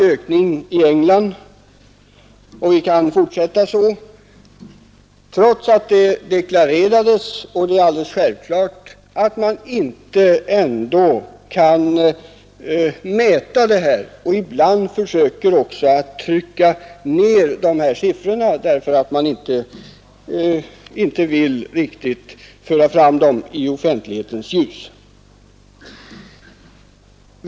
Uppräkningen kan fortsättas, trots att det deklareras — vilket är alldeles självklart — att missbruket inte alltid kan mätas. Ibland försöker man trycka ned siffrorna därför att man inte riktigt vill föra fram dem i offentlighetens ljus.